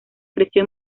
creció